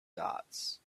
dots